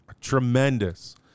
tremendous